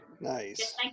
Nice